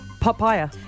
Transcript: Papaya